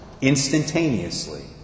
instantaneously